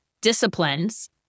disciplines